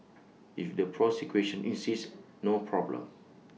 if the prosecution insists no problem